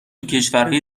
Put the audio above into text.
کشورای